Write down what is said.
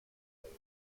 plays